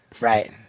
right